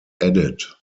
added